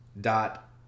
dot